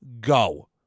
go